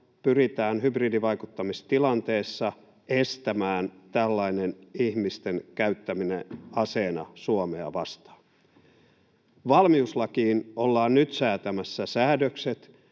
pyritään hybridivaikuttamistilanteessa estämään tällainen ihmisten käyttäminen aseena Suomea vastaan. Valmiuslakiin ollaan nyt säätämässä säädökset,